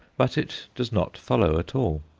but it does not follow at all.